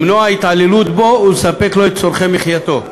למנוע התעללות בו ולספק לו את צורכי מחייתו,